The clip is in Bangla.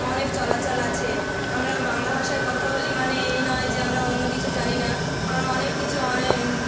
অনেক চলাচল আছে আমরা বাংলা ভাষায় কথা বলি মানে এই নয় যে আমরা অন্য কিছু জানি না আমরা অনেক কিছু অনেক